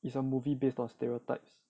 is a movie based on stereotypes